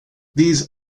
these